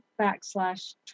backslash